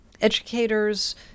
educators